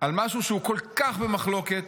על משהו שהוא כל כך במחלוקת,